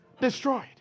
Destroyed